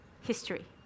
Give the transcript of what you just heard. history